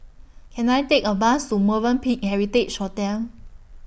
Can I Take A Bus to Movenpick Heritage Hotel